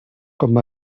com